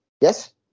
Yes